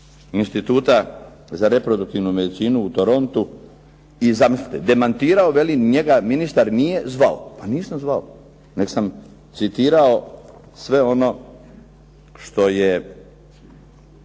Instituta za reproduktivnu medicinu u Torontu". I zamislite demantirao veli, njega ministar nije zvao. Pa nisam zvao, nego sam citirao sve ono što je